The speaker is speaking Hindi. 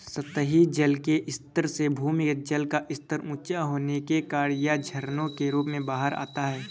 सतही जल के स्तर से भूमिगत जल का स्तर ऊँचा होने के कारण यह झरनों के रूप में बाहर आता है